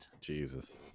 Jesus